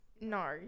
no